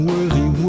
Worthy